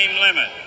limit